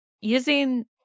using